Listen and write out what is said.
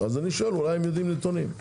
הם יודעים נתונים?